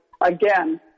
Again